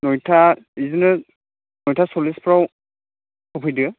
नयथा बिदिनो नयथा सरलिसफ्राव होफैदो